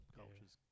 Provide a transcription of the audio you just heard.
cultures